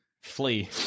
Flee